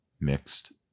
Mixed